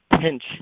pinch